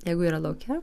jeigu yra lauke